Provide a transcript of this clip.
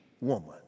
woman